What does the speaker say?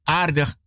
aardig